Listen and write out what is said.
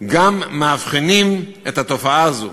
גם מאבחנים את התופעה הזו,